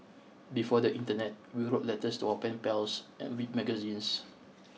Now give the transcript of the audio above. before the Internet we wrote letters to our pen pals and read magazines